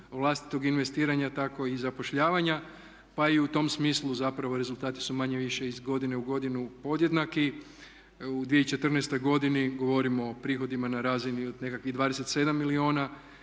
vlastitog investiranja tako i zapošljavanja, pa i u tom smislu zapravo rezultati su manje-više iz godine u godinu podjednaki. U 2014. godini govorimo o prihodima na razini od nekakvih 27 milijuna